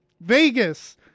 Vegas